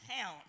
town